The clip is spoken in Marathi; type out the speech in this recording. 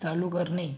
चालू करणे